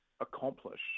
accomplish